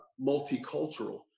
multicultural